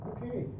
Okay